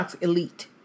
Elite